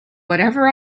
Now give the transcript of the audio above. whatever